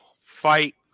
fight